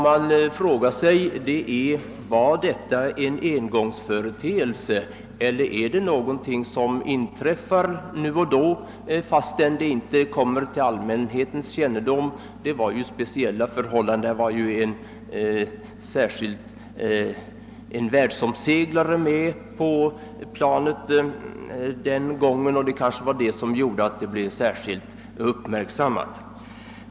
Man frågar sig om detta är en engångsföreteelse eller om det är någonting som inträffar nu och då, fastän det inte kommer till allmänhetens kännedom. Det var ju speciella förhållanden — det fanns en världsomseglare med på planet den gången — och det kan vara detta som gjorde att vad som hände blev särskilt uppmärksammat.